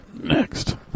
next